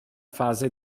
fase